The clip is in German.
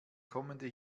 kommende